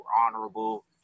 honorable